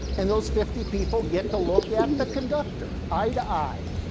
and those fifty people get to look at the conductor eye to eye.